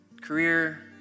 career